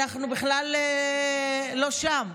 אנחנו בכלל לא שם.